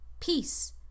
Peace